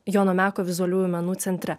jono meko vizualiųjų menų centre